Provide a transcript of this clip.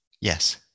yes